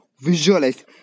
visualize